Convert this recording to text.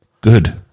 Good